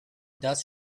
das